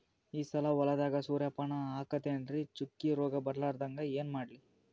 ಈ ಸಲ ಹೊಲದಾಗ ಸೂರ್ಯಪಾನ ಹಾಕತಿನರಿ, ಚುಕ್ಕಿ ರೋಗ ಬರಲಾರದಂಗ ಏನ ಮಾಡ್ಲಿ?